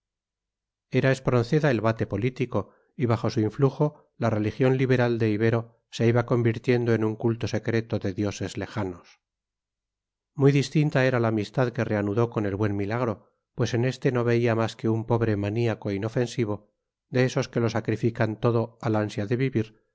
era espronceda el vate político y bajo su influjo la religión liberal de ibero se iba convirtiendo en un culto secreto de dioses lejanos muy distinta era la amistad que reanudó con el buen milagro pues en este no veía más que un pobre maniaco inofensivo de estos que lo sacrifican todo al ansia de vivir